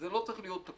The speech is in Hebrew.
זה לא צריך להיות תקוע,